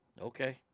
Okay